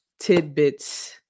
tidbits